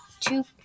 two